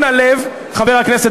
חבר הכנסת